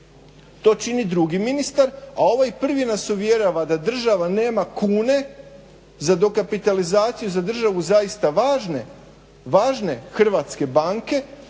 To čini drugi ministar. A ovaj prvi nas uvjerava da država nema kune za dokapitalizaciju za državu zaista važne Hrvatske banke